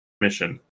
mission